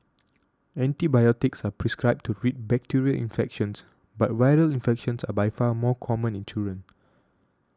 antibiotics are prescribed to treat bacterial infections but viral infections are by far more common in children